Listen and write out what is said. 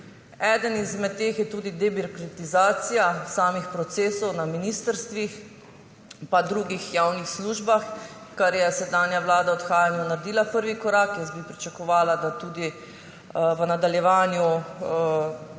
Eden izmed teh je tudi debirokratizacija samih procesov na ministrstvih pa v drugih javnih službah, za kar je sedanja vlada v odhajanju naredila prvi korak. Jaz bi pričakovala, da tudi v nadaljevanju